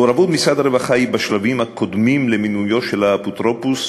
מעורבות משרד הרווחה היא בשלבים הקודמים למינויו של האפוטרופוס,